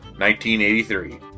1983